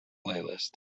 playlist